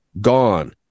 gone